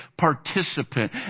participant